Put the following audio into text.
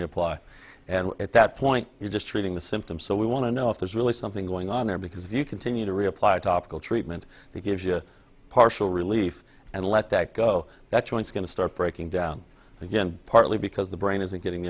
reply and at that point you just treating the symptoms so we want to know if there's really something going on there because you continue to reapply a topical treatment to give you a partial relief and let that go that's when it's going to start breaking down again partly because the brain isn't getting